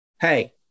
hey